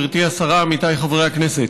עמיתיי חברי הכנסת,